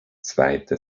zweite